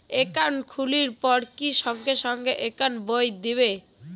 Account খুলির পর কি সঙ্গে সঙ্গে একাউন্ট বই দিবে?